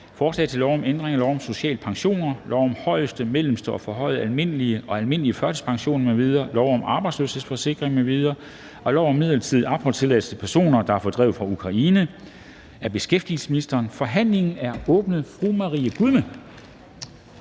Forslag til lov om ændring af lov om social pension, lov om højeste, mellemste, forhøjet almindelig og almindelig førtidspension m.v., lov om arbejdsløshedsforsikring m.v. og lov om midlertidig opholdstilladelse til personer, der er fordrevet fra Ukraine. (Ingen modregning i social pension og efterløn